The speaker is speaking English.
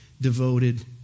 devoted